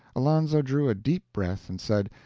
alonzo drew a deep breath, and said,